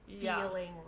feeling